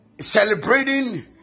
celebrating